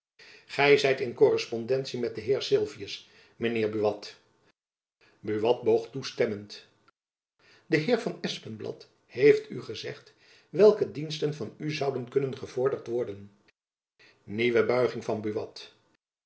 zijt in korrespondentie met den heer sylvius mijn heer buat buat boog toestemmend de heer van espenblad heeft u gezegd welke diensten van u zouden kunnen gevorderd worden nieuwe buiging van